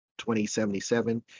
2077